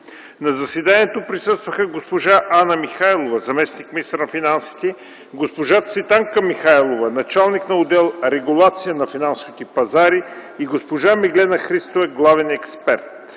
На заседанието присъстваха госпожа Ана Михайлова – заместник-министър на финансите, госпожа Цветанка Михайлова – началник на отдел „Регулация на финансовите пазари”, и госпожа Меглена Христова – главен експерт,